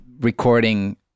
recording